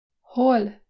Hol